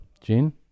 Gene